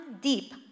deep